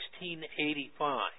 1685